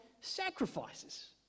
sacrifices